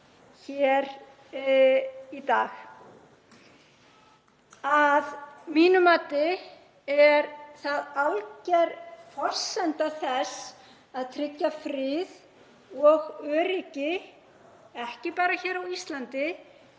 hér í dag. Að mínu mati er það alger forsenda þess að tryggja frið og öryggi, ekki bara hér á Íslandi